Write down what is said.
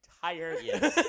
tired